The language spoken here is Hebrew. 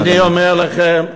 אז אני אומר לכם,